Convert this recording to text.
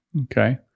okay